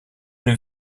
une